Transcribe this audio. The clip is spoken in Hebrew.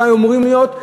לא היו אמורים להיות,